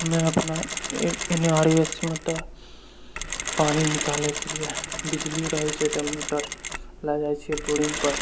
हमे अपना इ इनारसे मे तऽ पानि निकालयके लिये बिजली रहय छै तऽ मोटर लगाय छियै बोरिंगपर